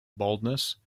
baldness